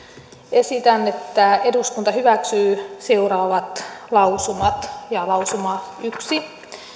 esitän että eduskunta hyväksyy seuraavat lausumat lausuma yksi